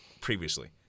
previously